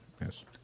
yes